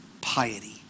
piety